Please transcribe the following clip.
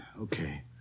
Okay